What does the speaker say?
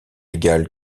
égal